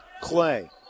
Clay